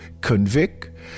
convict